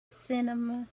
cinema